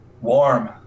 Warm